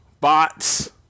bots